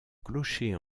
clocher